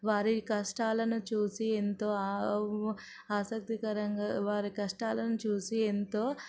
వారి కష్టాలను చూసి ఎంతో ఆసక్తికరంగా వారి కష్టాలను చూసి ఎంతో